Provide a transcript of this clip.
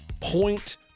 point